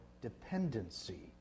dependency